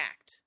act